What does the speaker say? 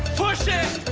push it.